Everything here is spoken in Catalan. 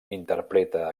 interpreta